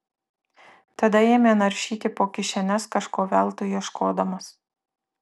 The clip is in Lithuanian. tada ėmė naršyti po kišenes kažko veltui ieškodamas